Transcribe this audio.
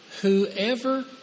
whoever